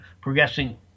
progressing